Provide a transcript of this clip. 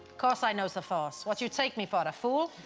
course i knows the force, what you take me for, a fool?